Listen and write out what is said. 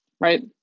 right